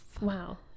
wow